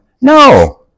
No